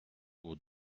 pour